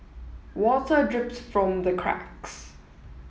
water drips from the cracks